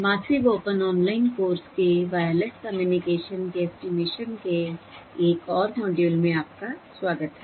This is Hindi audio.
मासिव ओपन ऑनलाइन कोर्स के वायरलेस कम्युनिकेशन के ऐस्टीमेशन के एक और मॉड्यूल में आपका स्वागत है